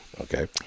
Okay